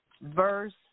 verse